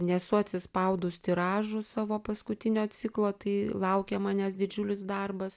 nesu atsispaudus tiražų savo paskutinio ciklo tai laukia manęs didžiulis darbas